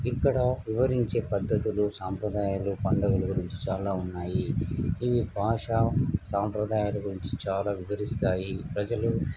ఇక్కడ వివరించే పద్ధతులు సాంప్రదాయాలు పండుగలు గురించి చాలా ఉన్నాయి ఇవి భాష సాంప్రదాయాల గురించి చాలా వివరిస్తాయి ప్రజలు